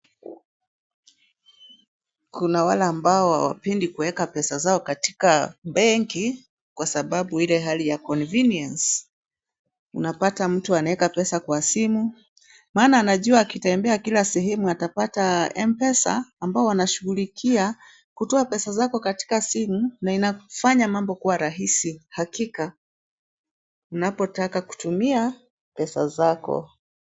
Kuna wale mbao wa hawapendi kuweka pesa zao katika benki, kwa sababu ile hali ya convenience . Unapata mtu anaweka pesa kwa simu, maana anajua akitembea kila sehemu atapata M-Pesa, ambao wanashughulikia kutoa pesa zako katika simu na inakufanya mambo kuwa rahisi. Hakika. Unapotaka kutumia, pesa zako.